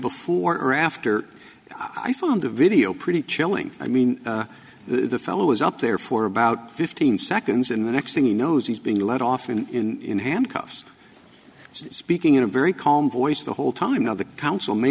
before or after i found the video pretty chilling i mean the fellow was up there for about fifteen seconds and the next thing you know is he's being let off in handcuffs speaking in a very calm voice the whole time now the council may